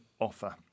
offer